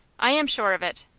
i am sure of it.